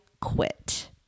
quit